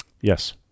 Yes